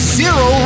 zero